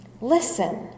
Listen